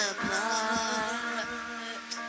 blood